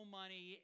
money